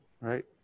right